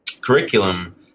curriculum